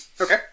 Okay